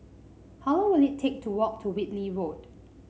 how long will it take to walk to Whitley Road